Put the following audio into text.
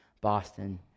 Boston